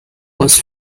was